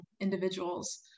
individuals